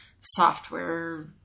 software